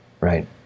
Right